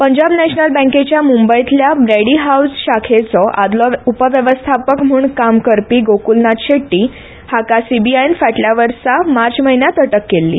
Punjab national बँकेच्या मुंबयतल्या Brady house शाखेचो आदलो उपवेवस्थापक म्हूण काम करपी गोकुलनाथ शेट्टी हाका सीबीआयन फाटल्या वर्सा मार्च म्हयन्यात अटक केल्ली